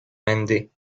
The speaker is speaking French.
mende